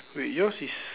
wait yours is